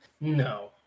No